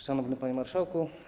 Szanowny Panie Marszałku!